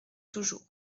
toujours